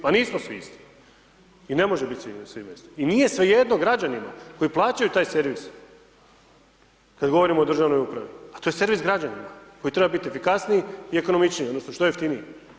Pa nismo svi isti i ne može biti svima isto i nije svejedno građanima koji plaćaju taj servis kad govorimo o državnoj upravi a to je servis građanima koji treba biti efikasniji i ekonomičniji odnosno što jeftiniji.